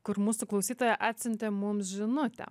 kur mūsų klausytoja atsiuntė mums žinutę